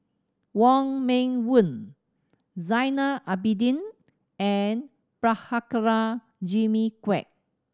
Wong Meng Voon Zainal Abidin and Prabhakara Jimmy Quek